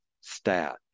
STAT